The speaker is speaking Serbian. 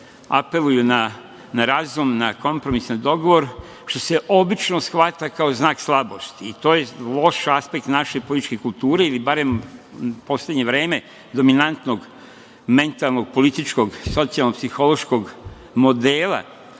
apeluju na razum, na kompromis, na dogovor, što se obično shvata kao znak slabosti. To je loš aspekt naše političke kulture ili barem u poslednje vreme dominantnog mentalnog, političkog, socijalno-psihološkog modela,